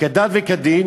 כדת וכדין